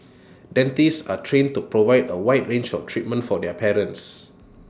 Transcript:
dentists are trained to provide A wide range of treatment for their patients